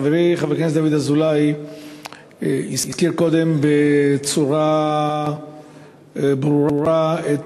חברי חבר הכנסת דוד אזולאי הזכיר קודם בצורה ברורה את